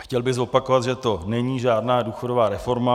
Chtěl bych zopakovat, že to není žádná důchodová reforma.